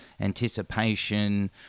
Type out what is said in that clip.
anticipation